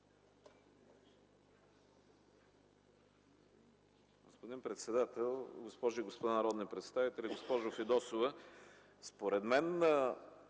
Господин председател, госпожи и господа народни представители! Госпожо Фидосова, според мен